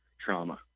trauma